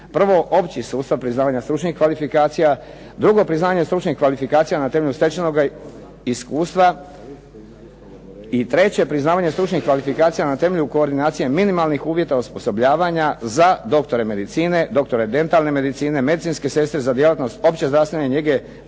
1. opći sustav priznavanja stručnih kvalifikacija, 2. priznavanje stručnih kvalifikacija na temelju stečenoga iskustva i 3. priznavanje stručnih kvalifikacija na temelju koordinacije minimalnih uvjeta osposobljavanja za doktore medicine, doktore dentalne medicine, medicinske sestre, za djelatnost opće zdravstvene njege,